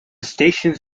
stations